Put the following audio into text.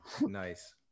nice